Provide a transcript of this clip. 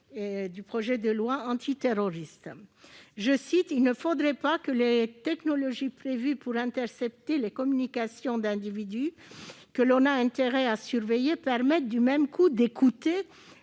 contre le terrorisme :« Il ne faudrait pas que les technologies prévues pour intercepter les communications d'individus que l'on a intérêt à surveiller permettent, du même coup, d'écouter